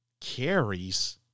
carries